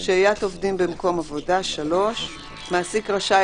שהיית עובדים במקום עבודה מעסיק רשאי